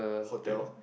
hotel